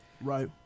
Right